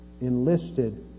enlisted